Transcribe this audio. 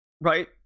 Right